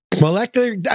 Molecular